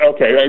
Okay